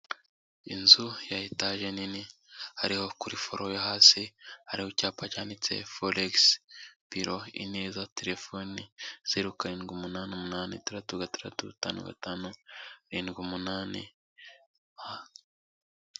Inzu ya etaje nini hariho kuri foro yo hasi, hariho icyapa cyanditse foregisi biro Ineza, telefone zeru kanyendwi umunani umunani itandatu gatandatu itanu gatanu irindwi umunani.